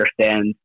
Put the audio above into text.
understand